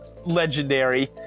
legendary